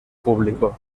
público